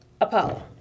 Apollo